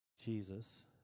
jesus